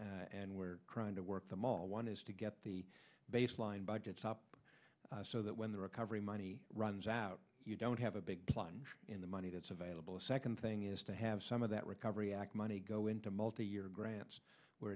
that and we're trying to work them all one is to get the baseline budgets up so that when the recovery money runs out you don't have a big plunge in the money that's available the second thing is to have some of that recovery act money go into multi year grants where